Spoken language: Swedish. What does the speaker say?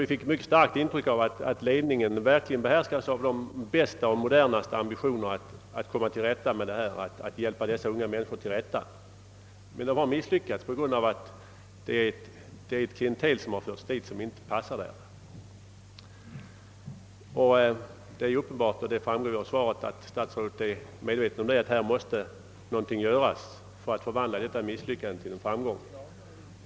Vi fick då ett starkt intryck av att skolans ledning verkligen besjälas av de bästa ambitioner att hjälpa de unga till rätta, men man har misslyckats därför att man fått ett klientel som inte passar där. Det är alldeles uppenbart — och det framgår också av svaret — att statsrådet Odhnoff är medveten om att någonting måste göras för att vända misslyckandet i framgång.